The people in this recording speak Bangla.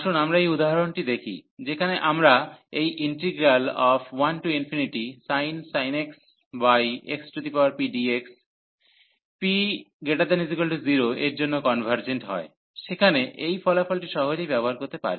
আসুন আমরা এই উদাহরণটি দেখি যেখানে আমরা এই integral 1sin x xpdx p≥0 এর জন্য কনভার্জেন্ট হয় সেখানে এই ফলাফলটি সহজেই ব্যবহার করতে পারি